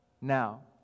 Now